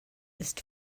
ist